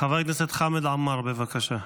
חבר הכנסת חמד עמאר, בבקשה.